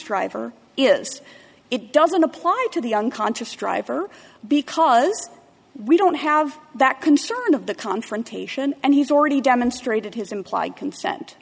driver is it doesn't apply to the unconscious driver because we don't have that concern of the confrontation and he's already demonstrated his implied consent